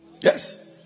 Yes